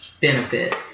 benefit